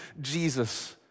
Jesus